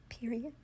Period